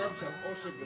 באילו סכומים מדובר?